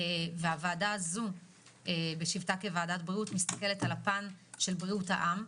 הוועדה הזאת בשבתה כוועדת בריאות מסתכלת על הפן של בריאות העם.